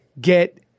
get